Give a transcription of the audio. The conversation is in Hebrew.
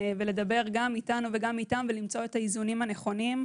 ולדבר גם איתנו וגם איתם ולמצוא את האיזונים הנכונים,